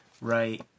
Right